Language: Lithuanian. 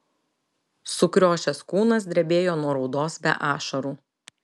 sukriošęs kūnas drebėjo nuo raudos be ašarų